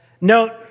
note